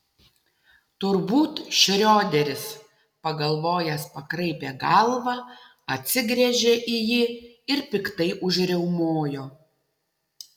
turbūt šrioderis pagalvojęs pakraipė galvą atsigręžė į jį ir piktai užriaumojo